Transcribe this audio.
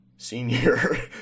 senior